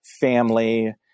family